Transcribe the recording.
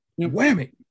Whammy